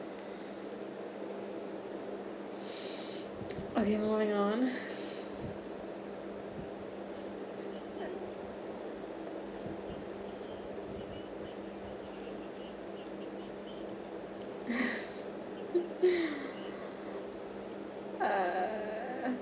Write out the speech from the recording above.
okay moving on uh